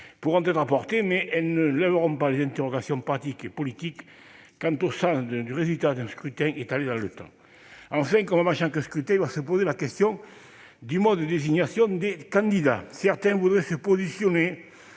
pourront être apportées, mais elles ne lèveront pas les interrogations pratiques et politiques sur le sens du résultat d'un scrutin étalé dans le temps. Enfin, comme avant chaque scrutin, la question du mode de désignation des candidats se posera. Certains voudraient se positionner